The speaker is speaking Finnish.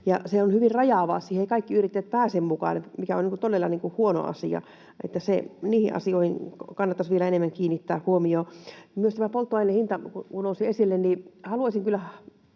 se on hyvin rajaavaa. Siihen eivät kaikki yrittäjät pääse mukaan, mikä on todella huono asia, eli niihin asioihin kannattaisi vielä enemmän kiinnittää huomiota. Myös tämä polttoaineen hinta kun nousi esille, niin haluaisin kyllä